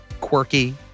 quirky